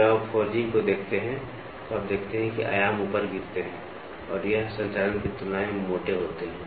जब आप फोर्जिंग को देखते हैं तो आप देखते हैं कि आयाम ऊपर गिरते हैं और यह संचालन की तुलना में मोटे होते हैं